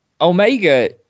Omega